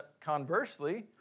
conversely